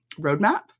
roadmap